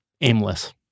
aimless